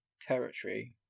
territory